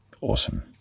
Awesome